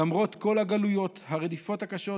חרף כל הגלויות והרדיפות הקשות,